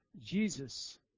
Jesus